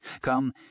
Come